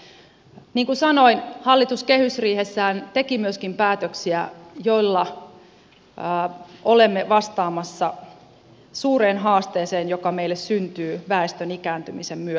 niin kuin sanoin hallitus kehysriihessään teki myöskin päätöksiä joilla olemme vastaamassa suureen haasteeseen joka meille syntyy väestön ikääntymisen myötä